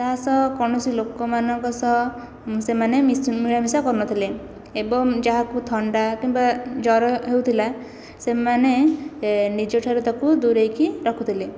ତାହାସହ କୌଣସି ଲୋକମାନଙ୍କ ସହ ସେମାନେ ମିଳାମିଶା କରୁନଥିଲେ ଏବଂ ଯାହାକୁ ଥଣ୍ଡା କିମ୍ବା ଜ୍ୱର ହେଉଥିଲା ସେମାନେ ନିଜ ଠାରୁ ତାକୁ ଦୂରେଇକି ରଖୁଥିଲେ